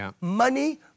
money